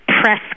press